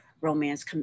romance